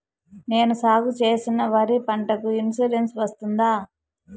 నేను సాగు చేసిన వరి పంటకు ఇన్సూరెన్సు వస్తుందా?